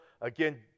Again